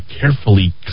carefully